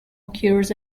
occurs